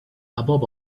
above